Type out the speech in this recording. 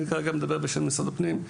אני כרגע מדבר בשם משרד הפנים,